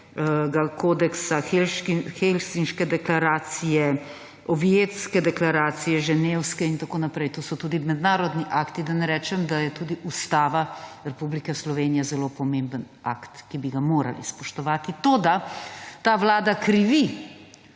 kodeksa, Helsinške deklaracije, Oviedske deklaracije, Ženevske deklaracije in tako naprej. To so tudi mednarodni akti. Da ne rečem, da je tudi Ustava Republika Slovenije zelo pomemben akt, ki bi ga morali spoštovati. Toda ta vlada krivi